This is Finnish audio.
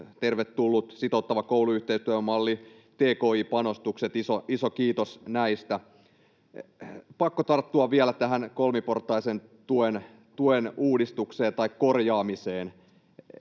tervetullut, sitouttavan kouluyhteisötyön malli, tki-panostukset — iso kiitos näistä. Pakko tarttua vielä tähän kolmiportaisen tuen uudistukseen tai korjaamiseen: